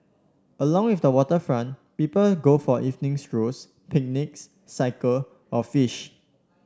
along with waterfront people go for evening strolls picnics cycle or fish